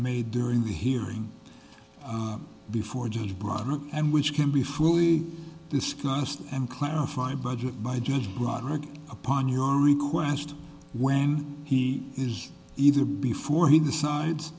made during the hearing before just brought up and which can be fully discussed and clarify budget by just brought upon your request when he is either before he decides